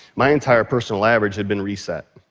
my entire personal average had been reset.